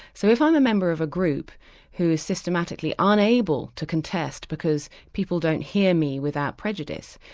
so if i'm a member of a group who is systematically unable to contest because people don't hear me without prejudice,